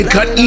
Cut